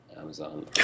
Amazon